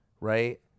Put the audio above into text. Right